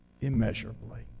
immeasurably